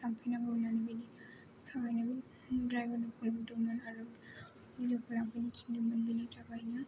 लांफैनांगौमोन बेनि थाखायनो ड्राइभारखौ लिंहरदोंमोन आरो जोंखौ लांफैनो थिनदोंमोन बेनि थाखायनो